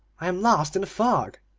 i am lost in the fog,